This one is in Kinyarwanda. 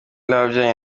wabyaranye